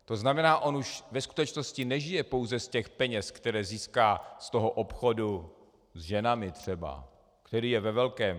To znamená, on už ve skutečnosti nežije pouze z těch peněz, které získá z toho obchodu s ženami třeba, který je ve velkém.